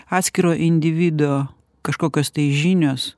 atskiro individo kažkokios tai žinios